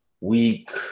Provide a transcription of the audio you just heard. week